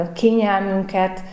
kényelmünket